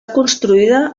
construïda